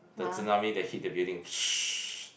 the tsunami that hit the building